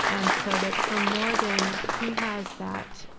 and so that for morgan, he has that,